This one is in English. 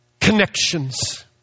connections